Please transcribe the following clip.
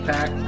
Pack